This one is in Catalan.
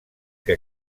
què